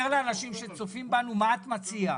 לאנשים שצופים בנו מה את מציעה,